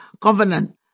covenant